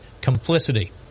complicity